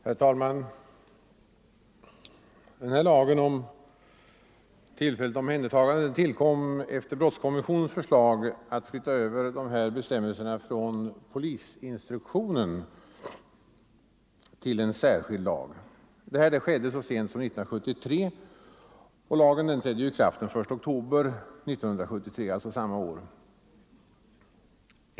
Herr talman! Lagen om tillfälligt omhändertagande tillkom efter brottskommissionens förslag att flytta över bestämmelserna från polisinstruktionen till en särskild lag. Detta skedde så sent som 1973 och lagen trädde i kraft den 1 oktober samma år.